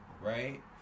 Right